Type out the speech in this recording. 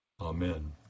amen